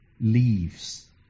Leaves